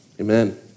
Amen